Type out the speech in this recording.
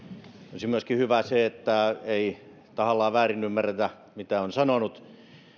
olisi myöskin hyvä että ei tahallaan väärinymmärretä mitä on sanonut